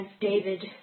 David